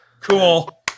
Cool